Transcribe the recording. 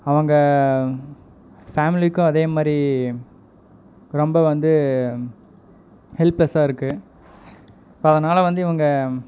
அவங்க ஃபேமிலிக்கும் அதேமாதிரி ரொம்ப வந்து ஹெல்ப்லெஸாருக்கு அதனால் வந்து இவங்க